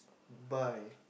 buy